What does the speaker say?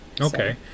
okay